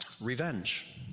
revenge